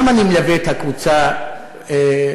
למה אני מלווה את הקבוצה תמיד,